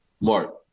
Mark